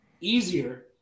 easier